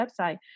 website